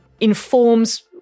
informs